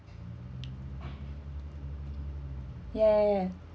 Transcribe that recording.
ya ya ya